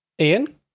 Ian